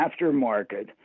aftermarket